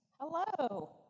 Hello